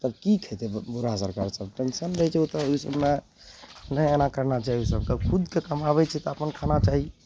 तब की खेतय बुढ़ा सरकार सभ किसान रहय छै ओत ओइ सभमे नहि एना करना चाही ओइ सभके खुदके कमाबय छै तऽ अपन खाना चाही